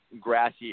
grassy